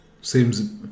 seems